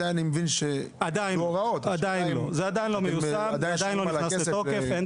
זה עדיין לא מיושם ולא נכנס לתוקף; אין